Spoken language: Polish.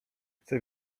chcę